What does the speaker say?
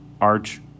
arch